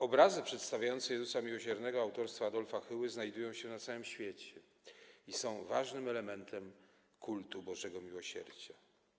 Obrazy przedstawiające Jezusa Miłosiernego autorstwa Adolfa Hyły znajdują się na całym świecie i są ważnym elementem kultu bożego miłosierdzia.